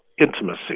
intimacy